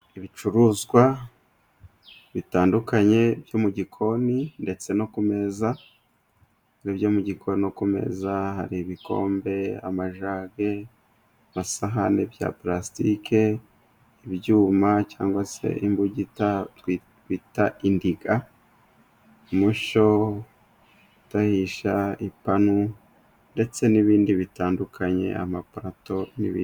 Ibicuruzwa bitandukanye byo mu gikoni ndetse no ku meza ibyo mu gikoni no kumeza hari ibikombe, amajage amasahane bya plastike ibyuma cyangwa se imbugita twita indiga, umushyo wo kudahisha, ipanu ndetse n'ibindi bitandukanye amaparato n'ibindi.